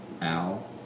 Al